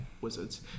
Wizards